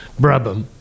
Brabham